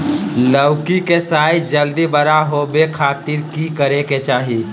लौकी के साइज जल्दी बड़ा होबे खातिर की करे के चाही?